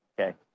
okay